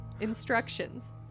Instructions